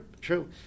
true